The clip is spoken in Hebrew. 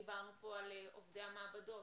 דיברנו פה על עובדי המעבדות,